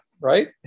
right